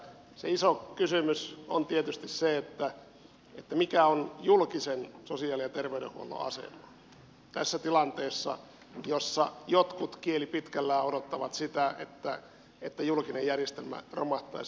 se iso kysymys on tietysti se mikä on julkisen sosiaali ja terveydenhuollon asema tässä tilanteessa jossa jotkut kieli pitkällä odottavat sitä että julkinen järjestelmä romahtaisi